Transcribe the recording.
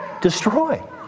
destroy